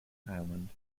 island